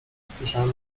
słyszałem